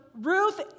Ruth